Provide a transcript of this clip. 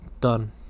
Done